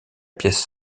pièce